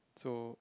so